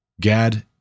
Gad